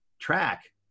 track